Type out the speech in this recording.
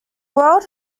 world